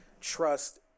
Trust